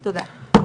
תודה.